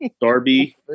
darby